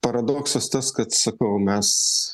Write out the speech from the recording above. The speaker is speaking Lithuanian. paradoksas tas kad sakau mes